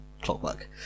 clockwork